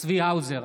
צבי האוזר,